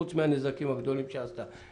חוץ מהנזקים הגדולים שהיא עשתה.